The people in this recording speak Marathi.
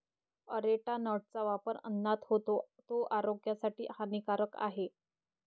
अरेका नटचा वापर अन्नात होतो, तो आरोग्यासाठी हानिकारक आहे